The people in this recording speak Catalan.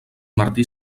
martí